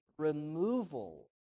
Removal